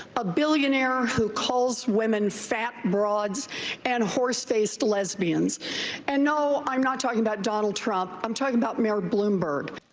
a billionaire who calls women fat broads and horse-faced lesbians and no, i'm not talking about donald trump, i'm talking about mayor bloomberg.